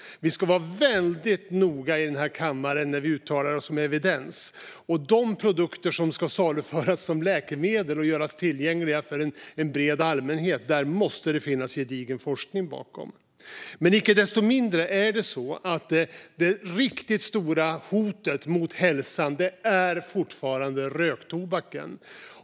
Vi ska vara väldigt noga i den här kammaren när vi uttalar oss om evidens. När det gäller de produkter som ska saluföras som läkemedel och göras tillgängliga för en bred allmänhet måste det finnas gedigen forskning bakom. Icke desto mindre är det riktigt stora hotet mot hälsan fortfarande röktobaken.